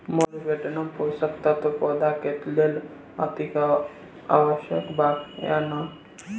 Molybdenum पोषक तत्व पौधा के लेल अतिआवश्यक बा या न?